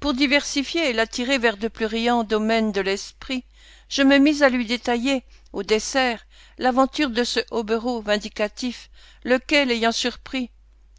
pour diversifier et l'attirer vers de plus riants domaines de l'esprit je me mis à lui détailler au dessert l'aventure de ce hobereau vindicatif lequel ayant surpris